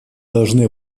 должны